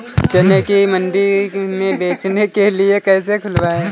चने को मंडी में बेचने के लिए कैसे सुखाएँ?